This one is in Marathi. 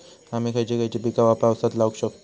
आम्ही खयची खयची पीका पावसात लावक शकतु?